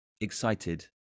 excited